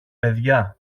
παιδιά